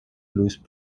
lose